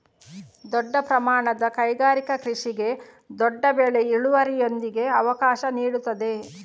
ದೊಡ್ಡ ಪ್ರಮಾಣದ ಕೈಗಾರಿಕಾ ಕೃಷಿಗೆ ದೊಡ್ಡ ಬೆಳೆ ಇಳುವರಿಯೊಂದಿಗೆ ಅವಕಾಶ ನೀಡುತ್ತದೆ